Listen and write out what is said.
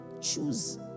choose